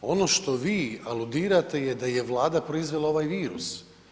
Ono što vi aludirate je da je Vlada proizvela ovaj virus.